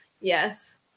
Yes